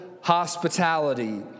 hospitality